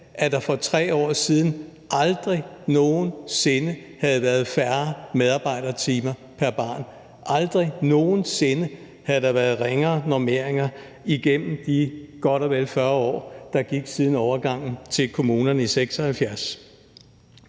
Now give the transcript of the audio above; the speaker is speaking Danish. at der for 3 år siden aldrig nogen sinde havde været færre medarbejdertimer pr. barn – aldrig nogen sinde havde der være ringere normeringer igennem de godt og vel 40 år, der gik siden overgangen til kommunerne i 1976!